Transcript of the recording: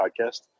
Podcast